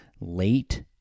late